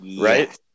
Right